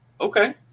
Okay